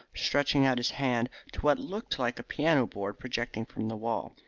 stretching out his hand to what looked like a piano-board projecting from the wall.